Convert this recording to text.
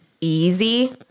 easy